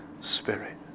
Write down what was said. spirit